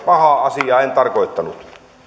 pahaa asiaa tarkoittanut